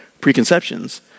preconceptions